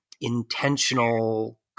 intentional